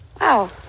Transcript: Wow